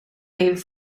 geven